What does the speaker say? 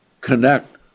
connect